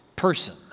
person